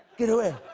get away.